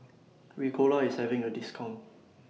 Ricola IS having A discount